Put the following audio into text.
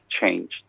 change